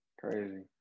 crazy